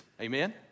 Amen